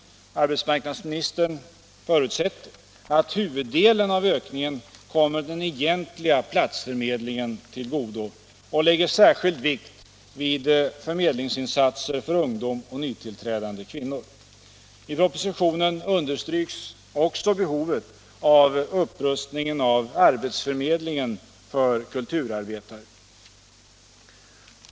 Arbetsmarknadsministern förutsätter att huvuddelen av ökningen kommer den egentliga platsförmedlingen till godo och lägger särskild vikt vid förmedlingsinsatser för ungdom och nytillträdande kvinnor. I propositionen understryks också behovet av att upprusta arbetsförmedlingen för kulturarbetare.